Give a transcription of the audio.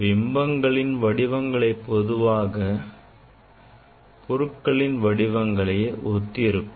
பிம்பங்களின் வடிவங்கள் பொதுவாக பொருட்களின் வடிவங்களை ஒத்தே இருக்கும்